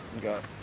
got